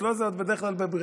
אצלו זה בדרך כלל בברירה,